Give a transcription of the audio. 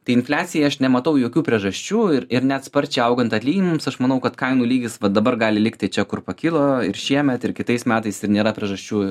tai infliacijai aš nematau jokių priežasčių ir ir net sparčiai augant atlyginimams aš manau kad kainų lygis va dabar gali likti čia kur pakilo ir šiemet ir kitais metais ir nėra priežasčių